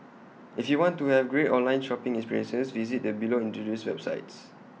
if you want to have great online shopping experiences visit the below introduced websites